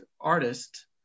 artist